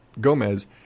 Gomez